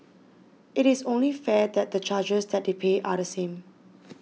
it is only fair that the charges that they pay are the same